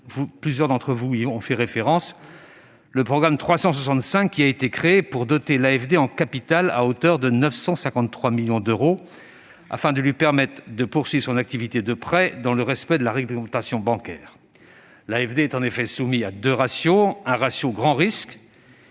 programme budgétaire dédié, qui a été créé pour doter l'AFD en capital à hauteur de 953 millions d'euros, afin de lui permettre de poursuivre son activité de prêt dans le respect de la réglementation bancaire. L'AFD est en effet soumise à deux ratios : un ratio « grands risques